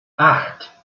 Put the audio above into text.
acht